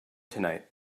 tonight